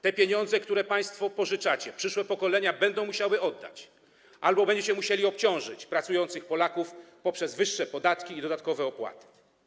Te pieniądze, które państwo pożyczacie, przyszłe pokolenia będą musiały oddać albo będziecie musieli obciążyć pracujących Polaków wyższymi podatkami i dodatkowymi opłatami.